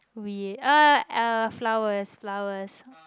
we uh uh flowers flowers